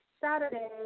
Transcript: Saturday